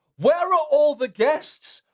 where are all the guests?